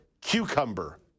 cucumber